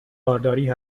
بارداری